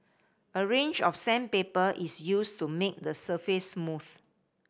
a range of sandpaper is used to make the surface smooth